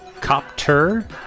Copter